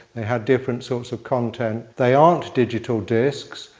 they had different sorts of content. they aren't digital discs,